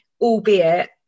albeit